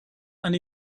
and